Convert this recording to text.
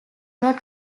not